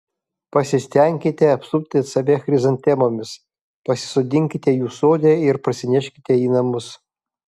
pasistenkite apsupti save chrizantemomis pasisodinkite jų sode ir parsineškite į namus